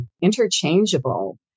interchangeable